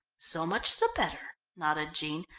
so much the better, nodded jean,